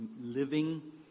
living